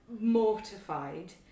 mortified